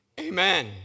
Amen